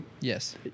Yes